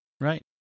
Right